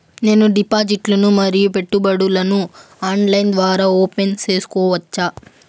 నేను డిపాజిట్లు ను మరియు పెట్టుబడులను ఆన్లైన్ ద్వారా ఓపెన్ సేసుకోవచ్చా?